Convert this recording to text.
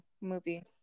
movie